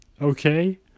okay